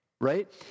Right